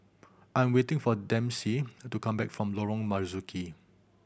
I am waiting for Dempsey to come back from Lorong Marzuki